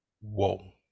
whoa